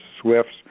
Swifts